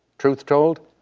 truth told,